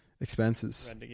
expenses